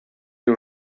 you